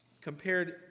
compared